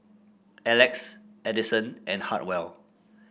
Alex Adison and Hartwell